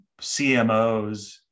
CMOs